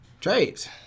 Trades